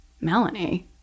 Melanie